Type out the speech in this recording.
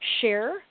Share